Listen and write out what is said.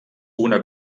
una